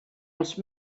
els